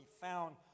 found